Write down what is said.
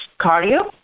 cardio